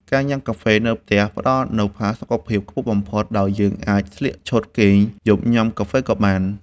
ការញ៉ាំកាហ្វេនៅផ្ទះផ្ដល់នូវផាសុកភាពខ្ពស់បំផុត ដោយយើងអាចស្លៀកឈុតគេងយប់ញ៉ាំកាហ្វេក៏បាន។